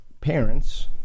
parents